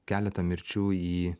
keletą mirčių į